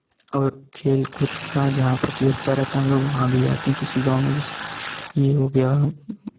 और खेल कूद का जहाँ प्रतियोगिता रहता हम लोग वहाँ भी जाते हैं किसी गाँव में जैसे यह हो गया